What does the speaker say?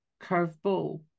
curveball